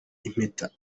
impeta